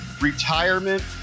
Retirement